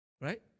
Right